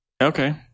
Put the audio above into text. okay